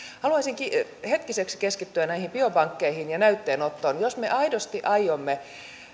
haluaisinkin hetkiseksi keskittyä näihin biopankkeihin ja näytteenottoon jos me aidosti aiomme